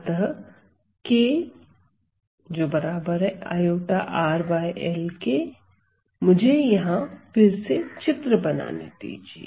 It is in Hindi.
अतः k iRL मुझे यहां फिर से चित्र बनाने दीजिए